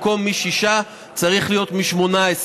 במקום "משישה" צריך להיות "מ-18".